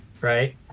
right